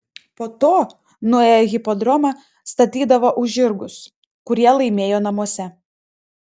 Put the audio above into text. po to nuėję į hipodromą statydavo už žirgus kurie laimėjo namuose